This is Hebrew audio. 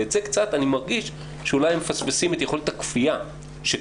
ואת זה קצת אני מרגיש שאולי מפספסים את יכולת הכפייה שקיימת,